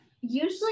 usually